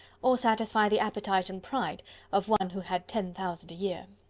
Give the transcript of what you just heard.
or satisfy the appetite and pride of one who had ten thousand a year.